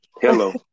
Hello